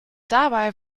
dabei